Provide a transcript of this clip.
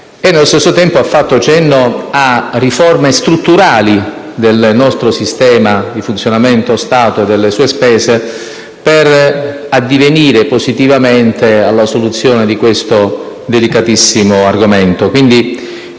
ha fatto al contempo cenno a riforme strutturali del nostro sistema di funzionamento dello Stato e delle sue spese, per addivenire positivamente alla soluzione di questo delicatissimo argomento.